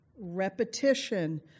repetition